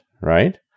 right